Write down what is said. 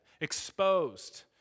Exposed